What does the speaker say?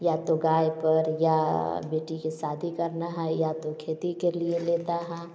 या तो गाय पर या बेटी के शादी करना है या तो खेती के लिए लेता है